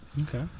Okay